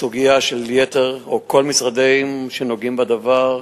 בסוגיה של יתר או כל המשרדים שנוגעים בדבר,